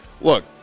look